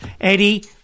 Eddie